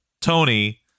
Tony